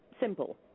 Simple